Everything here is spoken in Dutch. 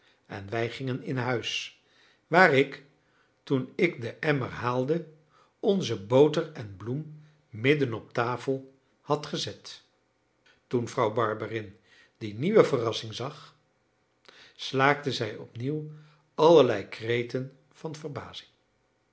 en wij gingen in huis waar ik toen ik den emmer haalde onze boter en bloem midden op tafel had gezet toen vrouw barberin die nieuwe verrassing zag slaakte zij opnieuw allerlei kreten van verbazing